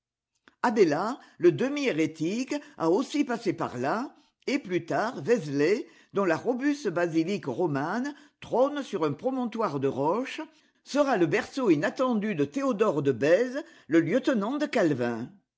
abélard le demi hérétique a aussi passé par là et plus tard vézelay dont la robuste basilique romane trône sur un promontoire de roche sera le berceau inattendu de théodore de bèze le lieutenant de calvin